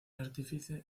artífice